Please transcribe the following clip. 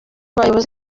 bayobozi